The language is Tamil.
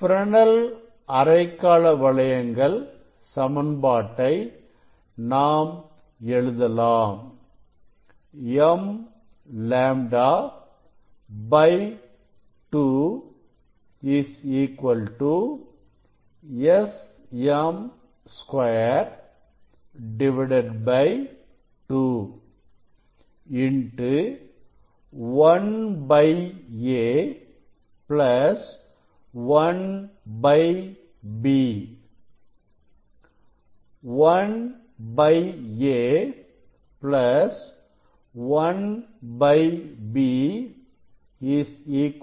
ஃப்ரெனெல் அரைக்காலவளையங்கள் சமன்பாட்டை நாம் எழுதலாம் Here m λ 2 S2m 2 1a 1b 1a 1b m λ S2m